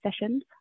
sessions